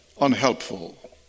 unhelpful